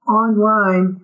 online